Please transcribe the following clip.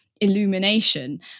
illumination